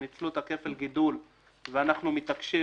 שניצלו את כפל הגידול ואנחנו מתעקשים,